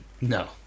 No